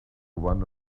one